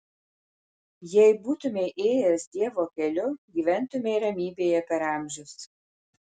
jei būtumei ėjęs dievo keliu gyventumei ramybėje per amžius